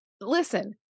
listen